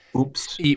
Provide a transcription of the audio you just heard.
oops